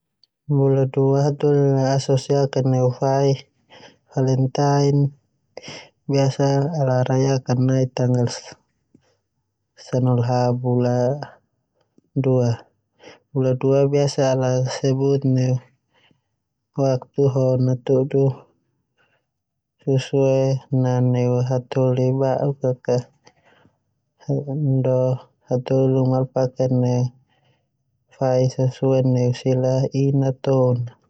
Bula dua a biasa ala asosiasikan neu fai valentine no biasa rayakan nai tanggal sanahulu ha bula dua. Bula dua biasa ala paken sebut neu waktu ho nataudu susue neu hataholi babao kaisun a.